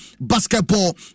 basketball